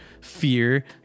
fear